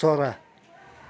चरा